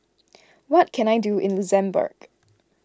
what can I do in Luxembourg